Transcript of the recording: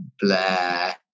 Blair